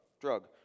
Drug